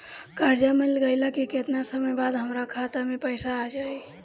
कर्जा मिल गईला के केतना समय बाद हमरा खाता मे पैसा आ जायी?